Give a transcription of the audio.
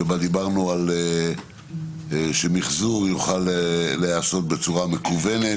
שבה דיברנו על כך שמִחזור יוכל להיעשות בצורה מקוונת,